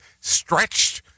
stretched